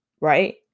Right